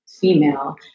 female